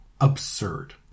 absurd